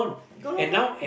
go over